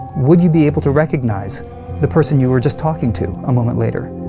would you be able to recognize the person you were just talking to a moment later?